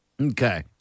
Okay